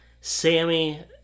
Sammy